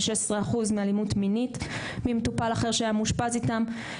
16% מאלימות מינית ממטופל אחר שהיה מאושפז איתם.